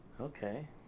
Okay